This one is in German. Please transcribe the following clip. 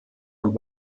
und